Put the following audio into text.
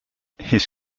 his